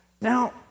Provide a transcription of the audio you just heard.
Now